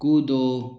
कूदो